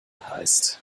heißt